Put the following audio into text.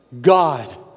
God